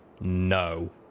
No